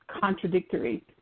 contradictory